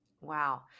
Wow